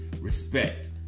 respect